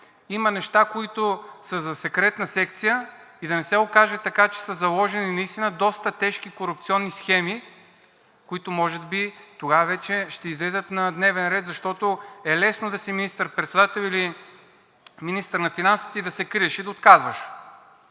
има неща, които са за секретна секция, да не се окаже така, че са заложени наистина доста тежки корупционни схеми, които може би тогава вече ще излязат на дневен ред. Защото е лесно да си министър-председател или министър на финансите и да се криеш и да отказваш